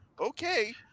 Okay